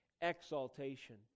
exaltation